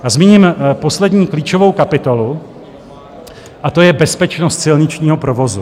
A zmíním poslední klíčovou kapitolu a to je bezpečnost silničního provozu.